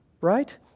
Right